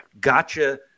gotcha